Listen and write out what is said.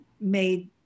made